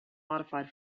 modified